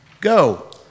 Go